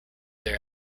their